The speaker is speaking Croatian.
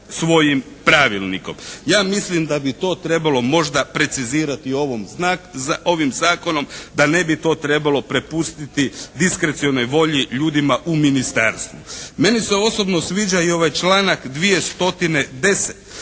svojim pravilnikom. Ja mislim da bi to trebalo možda precizirati ovim zakonom, da ne bi to trebalo prepustiti diskrecionoj volji, ljudima u ministarstvu. Meni se osobno sviđa i ovaj članak 210.